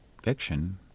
fiction